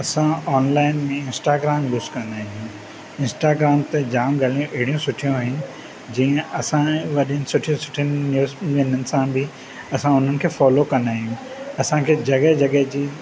असां ऑनलाइन में Instagram use कंदा आहियूं इंस्टाग्राम ते जाम ॻाल्हियूं अहिड़ियूं सुठियूं आहिनि जंहिं असां वॾी सुठियूं सुठियूं इन्हनि सां बि असां हुननि खे फॉलो कंदा आहियूं असांखे जॻहि जॻहि जी